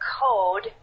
code